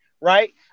right